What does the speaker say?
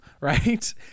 right